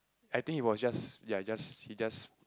I think he was just ya just he just